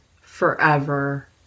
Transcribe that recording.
forever